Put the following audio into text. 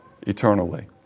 eternally